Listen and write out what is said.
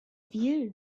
view